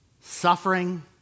Suffering